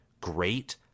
great